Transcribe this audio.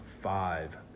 five